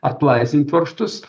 atlaisvint varžtus